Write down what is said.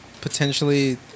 potentially